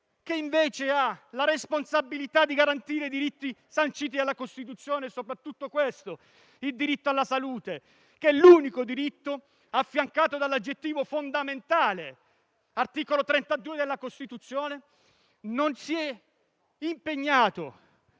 che invece ha la responsabilità di garantire i diritti sanciti dalla Costituzione, e soprattutto il diritto alla salute, che è l'unico diritto affiancato dall'aggettivo «fondamentale» (articolo 32 della Costituzione), non si sia impegnato